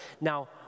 Now